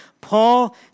Paul